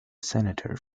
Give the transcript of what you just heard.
senator